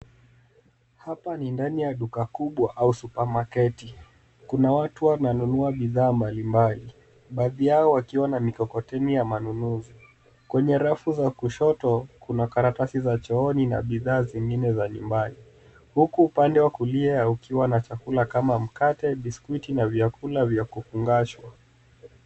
Hapa ni ndani ya duka kubwa au supamaketi. Kuna watu wananunua didhaa mbalimbali, baadhi yao wakiwa na mikokoteni ya manunuzi. Kwenye rafu za kushoto, kuna karatasi za chooni na bidhaa zingine za nyumbani. Huku upande wa kulia ukiwa chakula kama mkake bisikwiti na chakula vya kufungashwa.